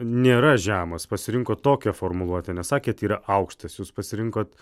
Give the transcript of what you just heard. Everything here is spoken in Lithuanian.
nėra žemas pasirinkot tokią formuluotę nesakėt yra aukštas jūs pasirinkot